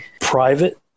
private